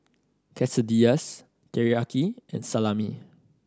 Quesadillas Teriyaki and Salami